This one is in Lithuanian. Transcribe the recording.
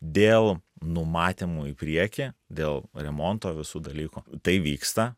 dėl numatymu į priekį dėl remonto visų dalykų tai vyksta